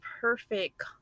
perfect